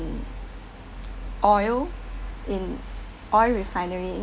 oil in oil refinery